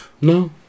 No